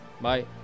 bye